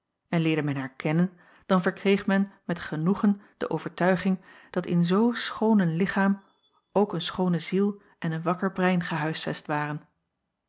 en leerde men haar kennen dan verkreeg men met genoegen de overtuiging dat in zoo schoon een lichaam ook een schoone ziel en een wakker brein gehuisvest waren